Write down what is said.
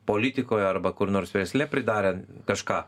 politikoje arba kur nors versle pridarė kažką